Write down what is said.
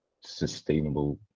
sustainable